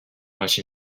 much